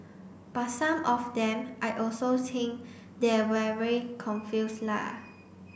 but some of them I also think they are very confuse la